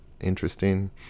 interesting